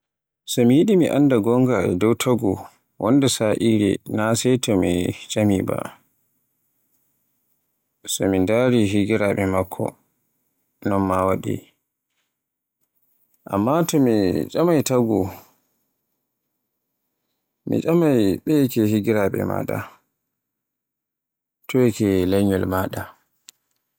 So mi yiɗi mi annda gonga e dow taagu wonde sa'ire na sey to mi tcemi ba. So mi ndari higiraaɓe makko non ma waɗi. Amma so mi tcamay, mi tcamay taagu ɓeye ke higiraaɓe maaɗa? Toye ke lanyol maaɗa?